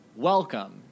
Welcome